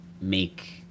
make